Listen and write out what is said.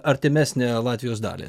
artimesnę latvijos dalį